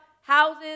houses